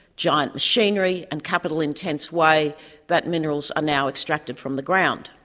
giant machinery and capital intense way that minerals are now extracted from the ground.